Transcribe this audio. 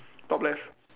top left